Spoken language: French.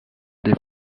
des